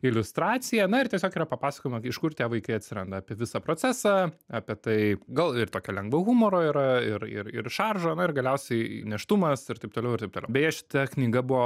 iliustracija na ir tiesiog yra pasakojama iš kur tie vaikai atsiranda apie visą procesą apie tai gal ir tokio lengvo humoro yra ir ir ir šaržo na ir galiausiai nėštumas ir taip toliau ir taip toliau beje šita knyga buvo